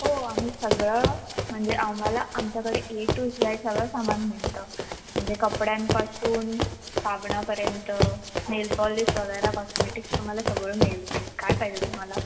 हो आम्ही सगळं म्हणजे आम्हाला आमच्याकडे ए टू जेड सगळं सामान मिळतं म्हणजे कपड्यांपासून साबणापर्यंत नेल पॉलिश वगैरे कॉस्मॅटिक्स तुम्हाला सगळं मिळेल इकडे काय पाहिजे तुम्हाला